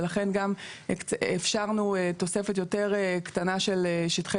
ולכן גם אפשרנו תוספת יותר קטנה של שטחי